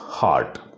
heart